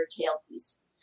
tailpiece